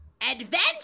Adventure